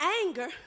anger